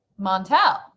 Montel